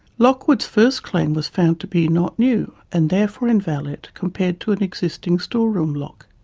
lockwood's first claim was found to be not new, and therefore invalid, compared to an existing store-room lock.